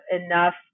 enough